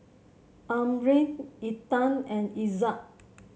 Amrin Intan and Izzat